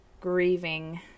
grieving